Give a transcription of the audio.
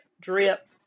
drip